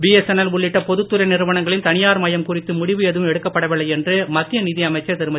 BSNL உள்ளிட்ட பொதுத்துறை நிறுவனங்களின் தனியார் மயம் குறித்து முடிவு எதுவும் எடுக்கப்படவில்லை என்று மத்திய நிதி அமைச்சர் திருமதி